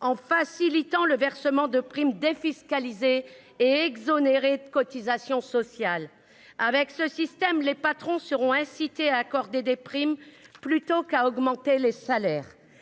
en facilitant le versement de primes défiscalisées et exonérées de cotisations sociales. Avec ce système, les patrons seront incités à accorder des primes plutôt qu'à augmenter les salaires.